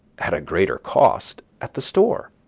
at a greater cost, at the store.